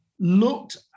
looked